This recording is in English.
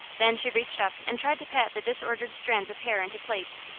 then she reached up and tried to pat the disordered strands of hair into place.